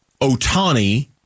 Otani